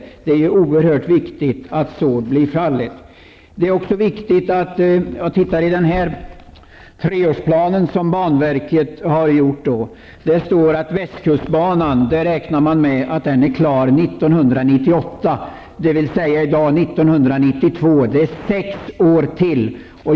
Det är oerhört viktigt att så blir fallet. Jag har tagit del av banverkets treårsplan. Där står det att man räknar med att Västkustbanan skall vara klar 1998, dvs. om sex år.